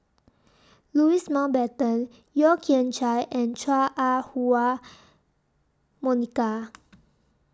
Louis Mountbatten Yeo Kian Chye and Chua Ah Huwa Monica